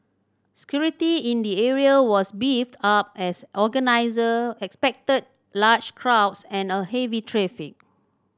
security in the area was beefed up as organiser expected large crowds and a heavy traffic